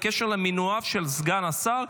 או בקשר למינוייו של סגן השר,